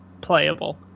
playable